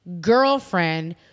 girlfriend